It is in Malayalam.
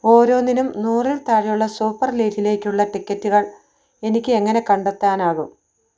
ഓരോന്നിനും നൂറിൽത്താഴെയുള്ള സൂപ്പർ ലീഗിലേക്കുള്ള ടിക്കറ്റുകൾ എനിക്കെങ്ങനെ കണ്ടെത്താനാകും